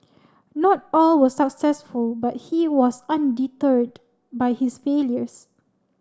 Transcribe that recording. not all were successful but he was undeterred by his failures